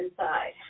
inside